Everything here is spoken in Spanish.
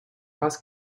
paz